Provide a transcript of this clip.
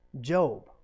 Job